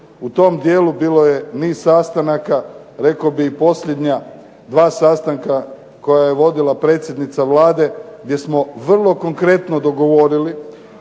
U tom dijelu bilo je i niz sastanaka, rekao bih i posljednja dva sastanka koje je vodila predsjednica Vlade, gdje smo vrlo konkretno dogovorili